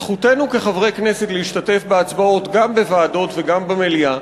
זכותנו כחברי כנסת להשתתף בהצבעות גם בוועדות וגם במליאה.